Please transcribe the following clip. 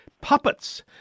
puppets